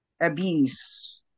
abuse